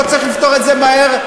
לא צריך לפתור את זה מהר?